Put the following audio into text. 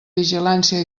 vigilància